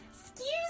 Excuse